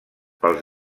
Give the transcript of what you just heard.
pels